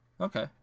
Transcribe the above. okay